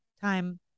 time